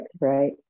right